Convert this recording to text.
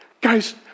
Guys